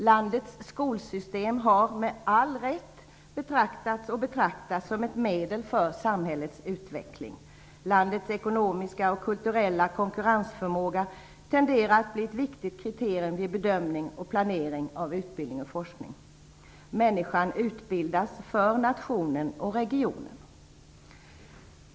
Landets skolsystem har med all rätt betraktats och betraktas fortfarande som ett medel för samhällets utveckling. Landets ekonomiska och kulturella konkurrensförmåga tenderar att bli ett viktigt kriterium vid bedömning och planering av utbildning och forskning. Människan utbildas för nationen och regionen.